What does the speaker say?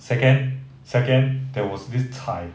second second there was this chai